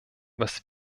was